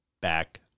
back